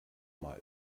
mal